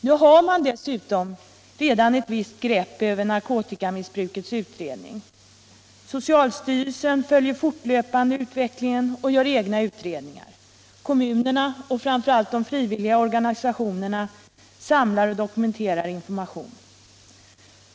Nu har man dessutom redan ett visst grepp över narkotikamissbrukets utbredning. Socialstyrelsen följer fortlöpande utvecklingen och gör egna utredningar, kommunerna och framför allt de frivilliga organisationerna samlar och dokumenterar information.